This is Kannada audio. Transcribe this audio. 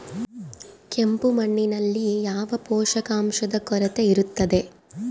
ಕೆಂಪು ಮಣ್ಣಿನಲ್ಲಿ ಯಾವ ಪೋಷಕಾಂಶದ ಕೊರತೆ ಇರುತ್ತದೆ?